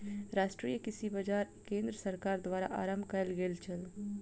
राष्ट्रीय कृषि बाजार केंद्र सरकार द्वारा आरम्भ कयल गेल छल